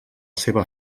seva